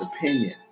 opinion